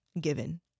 given